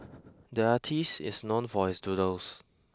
the artist is known for his doodles